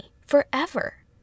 forever